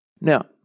Now